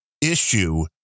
issue